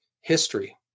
history